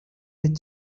with